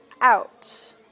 out